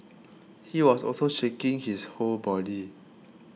he was also shaking his whole body